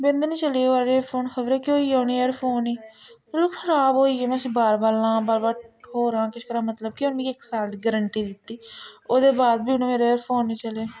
बिंद नी चले ओह् आह्ले एयरफोन खबरै केह् होई गेआ उ'नें एयरफोन गी ओह् खराब होई गे में उ'नें बार बार लां बार बार ठोरां किश करां मतलब के उ'नें मिकी इक साल दी गरंटी दित्ती दी ओह्दे बाद बी उ'नें मेरे एयरफोन नी चले